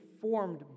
formed